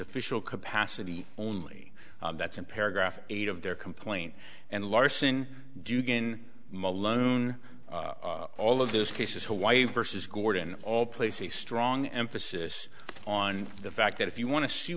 official capacity only that's in paragraph eight of their complaint and larson doogan malone all of those cases hawaii versus gordon all place a strong emphasis on the fact that if you want to s